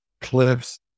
cliffs